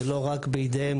זה לא רק בידיהם,